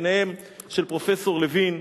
ביניהם של פרופסור לוין,